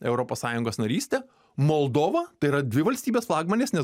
europos sąjungos narystę moldova tai yra dvi valstybės flagmanės nes